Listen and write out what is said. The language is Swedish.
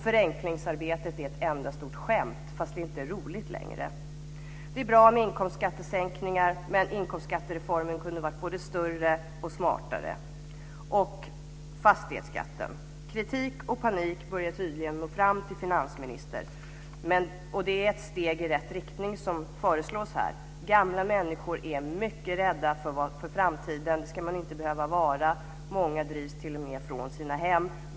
Förenklingsarbetet är ett enda stort skämt, fast det inte längre är roligt. Det är bra med inkomstskattesänkningar, men inkomstskattereformen kunde ha varit både större och smartare liksom fastighetsskatten. Kritik och panik börjar tydligen nå fram till finansministern. Det är ett steg i rätt riktning som föreslås här. Gamla människor är mycket rädda för framtiden, och det ska man inte behöva vara. Många drivs t.o.m. från sina hem.